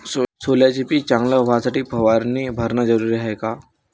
सोल्याचं पिक चांगलं व्हासाठी फवारणी भरनं जरुरी हाये का?